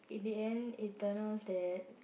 in the end it turns out that